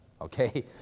okay